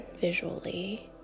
visually